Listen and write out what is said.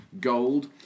Gold